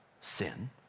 sin